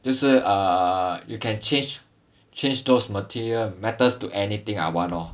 就是 err you can change change those material matters to anything I want lor